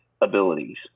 abilities